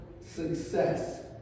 success